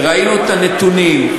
וראינו את הנתונים,